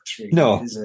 No